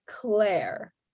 Claire